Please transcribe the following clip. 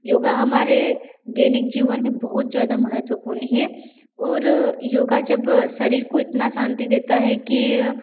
योग हमारे दैनिक जीवन में बहुत ज़्यादा महत्वपूर्ण है और योग जब शरीर को इतना शांति देता है कि